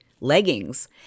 leggings